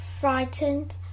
frightened